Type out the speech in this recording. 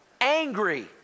Angry